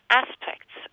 aspects